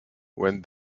when